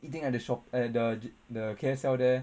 thing at the shop at the K_S_L there